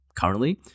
currently